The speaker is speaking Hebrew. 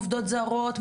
עובדות זרות,